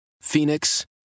Phoenix